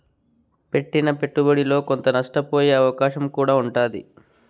పెట్టిన పెట్టుబడిలో కొంత నష్టపోయే అవకాశం కూడా ఉంటాది